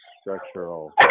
structural